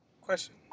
Question